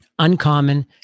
Uncommon